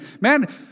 Man